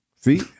See